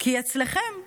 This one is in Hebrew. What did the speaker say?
כי אצלכם,